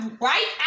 right